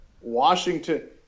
Washington